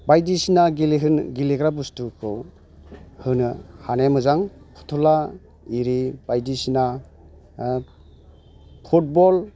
बायदिसिना गेलेहोनो गेलेग्रा बुस्थुखौ होनो हानाया मोजां फुथुला एरि बायदिसिना फुटबल